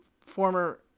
former